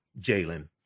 Jalen